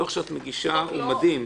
דוח שאת מגישה הוא מדהים.